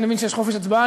אני מבין שיש חופש הצבעה,